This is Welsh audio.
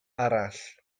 arall